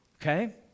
okay